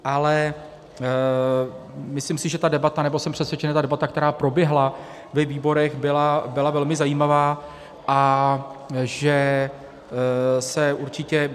Ale myslím si, že ta debata, nebo jsem přesvědčen, že ta debata, která proběhla ve výborech, byla velmi zajímavá, a že se určitě...